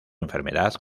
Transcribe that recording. enfermedad